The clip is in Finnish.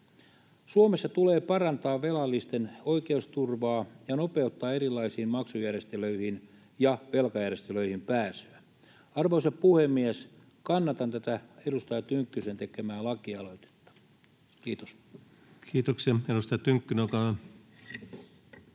Suomessa tulee parantaa velallisten oikeusturvaa ja nopeuttaa erilaisiin maksujärjestelyihin ja velkajärjestelyihin pääsyä. Arvoisa puhemies! Kannatan tätä edustaja Tynkkysen tekemää lakialoitetta. — Kiitos. [Speech 256] Speaker: